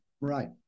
Right